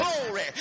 glory